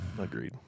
Agreed